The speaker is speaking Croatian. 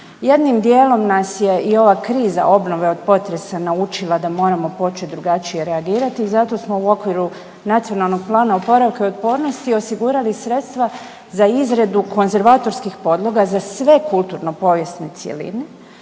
Jednim dijelom nas je i ova kriza obnove od potresa naučila da moramo počet drugačije reagirati i zato smo u okviru NPOO-a osigurali sredstva za izradu konzervatorskih podloga za sve kulturno-povijesne cjeline.